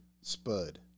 Spud